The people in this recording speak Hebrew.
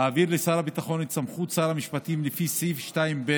להעביר לשר הביטחון את סמכות שר המשפטים לפי סעיף 2(ב)